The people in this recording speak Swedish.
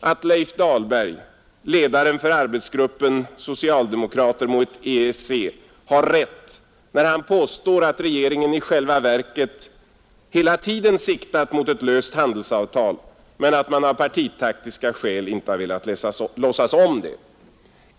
har Leif Dahlberg — ledaren för Arbetsgruppen socialdemokrater mot EEC — rätt när han påstår att regeringen hela tiden i själva verket siktat mot ett löst handelsavtal men att den av partitaktiska skäl inte har velat låtsas om det.